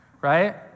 right